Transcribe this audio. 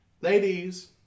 Ladies